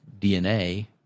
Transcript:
DNA